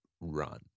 run